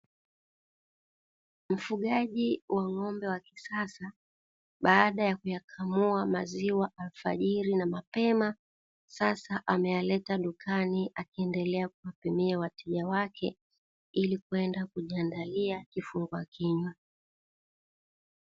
Mfugaji wa ng'ombe wa kisasa baada ya kuyakamua maziwa alfajiri na mapema, sasa ameyaleta dukani akiendelea kuwapimia wateja wake ili kwenda kujiandalia kifungua kinywa.